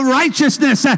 righteousness